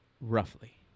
roughly